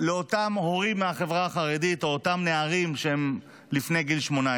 לאותם הורים מהחברה החרדית או לאותם נערים שהם לפני גיל 18: